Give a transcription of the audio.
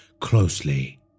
closely